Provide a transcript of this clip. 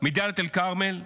מדאלית אל-כרמל.